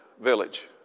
village